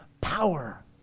power